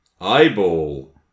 Eyeball